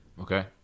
Okay